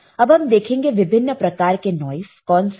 अब हम देखेंगे विभिन्न प्रकार के नॉइस कौन से हैं